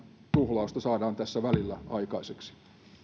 tuhlausta saadaan tässä välillä aikaiseksi